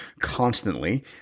constantly